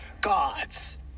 gods